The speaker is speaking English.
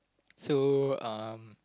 so um